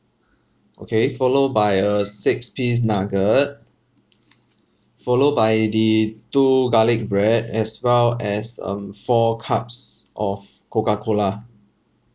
okay followed by a six piece nugget followed by the two garlic bread as well as um four cups of Coca Cola